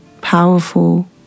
powerful